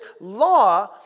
law